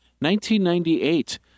1998